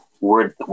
word